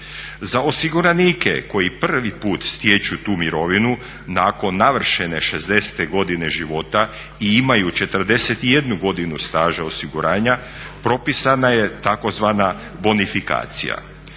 Za osiguranike koji prvi put stječu tu mirovinu nakon navršene 60. godine života i imaju 41 godinu staža osiguranja propisana je tzv. bonifikacija